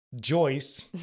Joyce